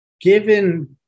Given